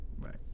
right